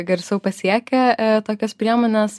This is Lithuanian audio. garsiau pasiekia tokios priemonės